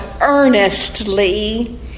earnestly